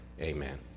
Amen